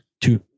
Two